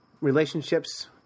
relationships